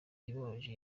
ibabaje